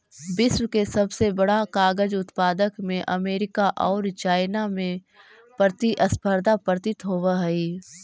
विश्व के सबसे बड़ा कागज उत्पादक में अमेरिका औउर चाइना में प्रतिस्पर्धा प्रतीत होवऽ हई